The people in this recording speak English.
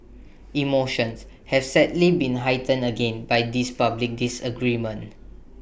emotions have sadly been heightened again by this public disagreement